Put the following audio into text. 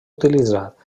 utilitzat